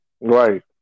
Right